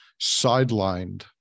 sidelined